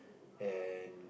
and